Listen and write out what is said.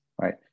right